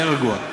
תהיה רגוע.